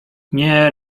nie